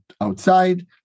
outside